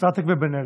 סטטיק ובן אל.